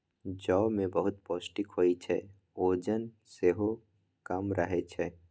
जौ मे बहुत पौष्टिक होइ छै, ओजन सेहो कम करय छै